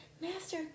Master